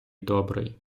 добрий